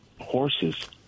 horses